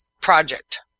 project